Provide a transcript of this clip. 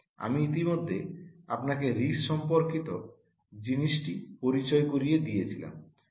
আমি ইতিমধ্যে আপনাকে আরআইএসসি সম্পর্কিত জিনিসটি পরিচয় করিয়ে দিয়েছিলাম